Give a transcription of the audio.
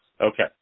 Okay